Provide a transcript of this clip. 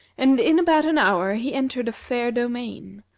and in about an hour he entered a fair domain.